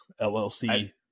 LLC